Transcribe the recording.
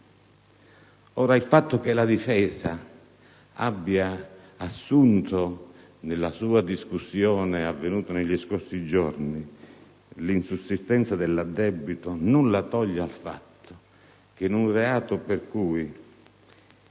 Il fatto che la difesa abbia assunto, nella sua discussione avvenuta negli scorsi giorni, l'insussistenza dell'addebito nulla toglie al fatto che il pubblico